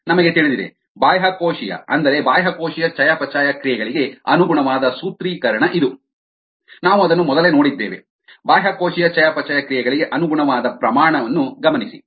ನಮಗೆ ತಿಳಿದಿದೆ ಬಾಹ್ಯಕೋಶೀಯ ಅಂದರೆ ಬಾಹ್ಯಕೋಶೀಯ ಚಯಾಪಚಯ ಕ್ರಿಯೆಗಳಿಗೆ ಅನುಗುಣವಾದ ಸೂತ್ರೀಕರಣ ಇದು ನಾವು ಅದನ್ನು ಮೊದಲೇ ನೋಡಿದ್ದೇವೆ ಬಾಹ್ಯಕೋಶೀಯ ಚಯಾಪಚಯ ಕ್ರಿಯೆಗಳಿಗೆ ಅನುಗುಣವಾದ ಪ್ರಮಾಣ ಅನ್ನು ಗಮನಿಸಿ